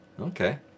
Okay